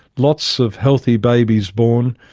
lots of healthy babies born.